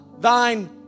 thine